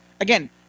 Again